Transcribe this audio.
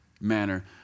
manner